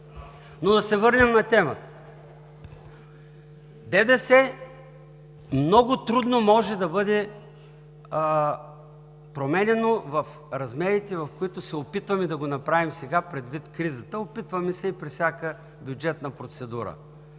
Но да се върнем на темата. ДДС много трудно може да бъде променяно в размерите, в които се опитваме да го направим сега, предвид кризата, опитваме се и при всяка бюджетна процедура.